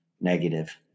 negative